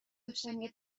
داشتنیه